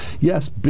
Yes